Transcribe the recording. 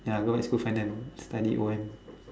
ya go back school find them study o